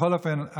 בכל אופן,